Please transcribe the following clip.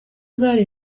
zari